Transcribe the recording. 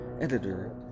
editor